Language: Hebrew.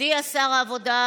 הודיע שר העבודה,